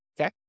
Okay